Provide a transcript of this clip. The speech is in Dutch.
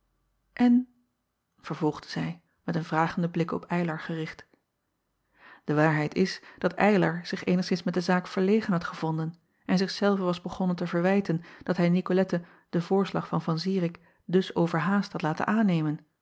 n vervolgde zij met een vragenden blik op ylar gericht e waarheid is dat ylar zich eenigszins met de zaak verlegen had gevonden en zich zelven was begonnen te verwijten dat hij icolette den voorslag van an irik dus overhaast had laten aannemen